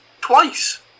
twice